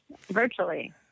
virtually